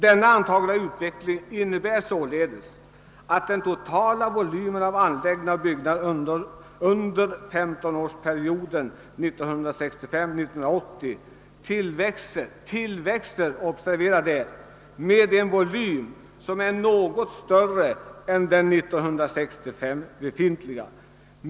Denna antagna utveckling innebär således att den totala volymen av anläggningar och byggnader under femtonårsperioden 1965—1980 växer med en volym som är något större än den år 1965 befintliga.